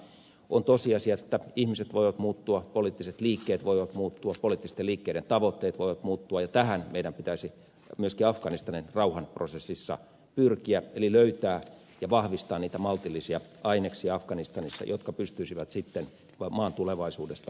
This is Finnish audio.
tämä on tosiasia että ihmiset voivat muuttua poliittiset liikkeet voivat muuttua poliittisten liikkeiden tavoitteet voivat muuttua ja tähän meidän pitäisi myöskin afganistanin rauhanprosessissa pyrkiä eli löytää ja vahvistaa niitä maltillisia aineksia afganistanissa jotka pystyisivät sitten maan tulevaisuudesta sopimaan